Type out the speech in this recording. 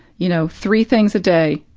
you know, three things a day,